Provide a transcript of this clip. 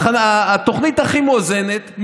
התוכנית הכי מואזנת,